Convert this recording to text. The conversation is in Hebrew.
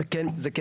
זה כן משנה.